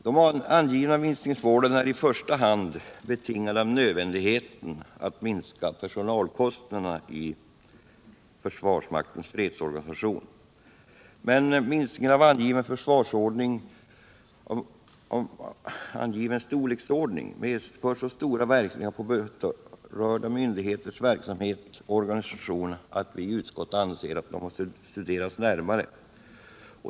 De angivna minskningsmålen är i första hand betingade av nödvändigheten att minska personalkostnaderna i försvarsmaktens fredsorganisation. Men minskningar av angiven storleksordning medför så stora verkningar för berörda myndigheters verksamhet och organisation, att utskottet anser att de 169 måste studeras närmare.